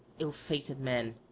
ill-fated man!